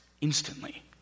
instantly